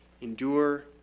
Endure